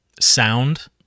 sound